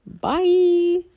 Bye